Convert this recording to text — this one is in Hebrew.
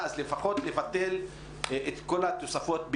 אז לפחות לבטל את כל התוספות,